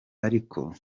ariko